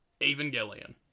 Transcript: Evangelion